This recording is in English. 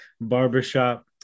barbershop